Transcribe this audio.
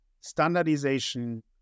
standardization